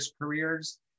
careers